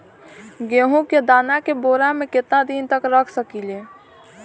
गेहूं के दाना के बोरा में केतना दिन तक रख सकिले?